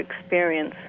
experience